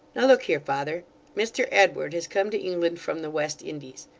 now look here, father mr edward has come to england from the west indies.